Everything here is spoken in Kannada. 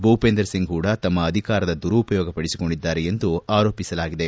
ಭೂಪೇಂದರ್ ಸಿಂಗ್ ಹೂಡ ತಮ್ನ ಅಧಿಕಾರದ ದುರುಪಯೋಗಪಡಿಸಿಕೊಂಡಿದ್ಗಾರೆ ಎಂದು ಆರೋಪಿಸಲಾಗಿದೆ